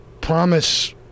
promise